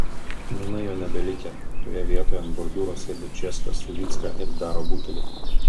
nūnai jo nebelikę toje vietoje ant bordiūro sėdi česka su vycka ir daro butelį